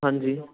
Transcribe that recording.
ਹਾਂਜੀ